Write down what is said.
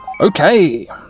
Okay